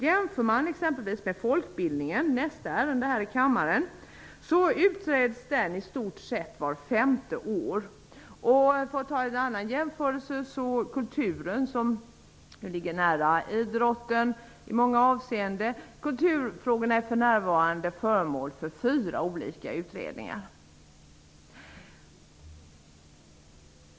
Jämför man med exempelvis folkbildningen, nästa ärende här i kammaren, finner man att den utreds i stort sett vart femte år. Kulturen, som ligger nära idrotten i många avseenden, är för närvarande föremål för fyra olika utredningar.